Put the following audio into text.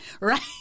right